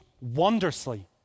wondrously